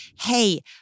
hey